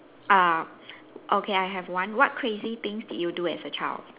uh okay I have one what crazy things did you do as a child